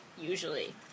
usually